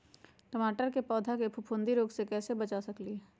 टमाटर के पौधा के फफूंदी रोग से कैसे बचा सकलियै ह?